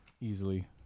Easily